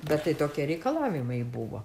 bet tai tokie reikalavimai buvo